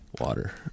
water